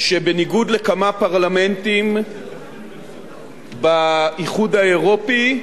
שבניגוד לכמה פרלמנטים באיחוד האירופי,